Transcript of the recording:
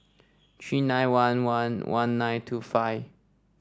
three nine one one one nine two five